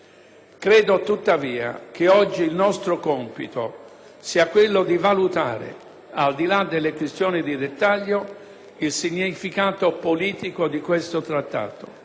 Credo tuttavia che oggi il nostro compito sia quello di valutare, al di là delle questioni di dettaglio, il significato politico del Trattato.